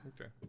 Okay